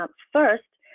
um first,